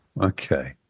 Okay